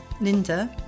linda